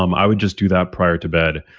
um i would just do that prior to bed.